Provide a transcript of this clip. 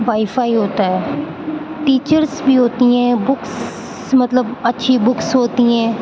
wi fi ہوتا ہے teachers بھی ہوتی ہیں بکس مطلب اچھی بکس ہوتی ہیں